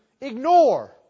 ignore